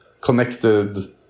connected